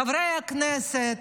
חברי הכנסת,